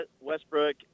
Westbrook